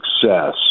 success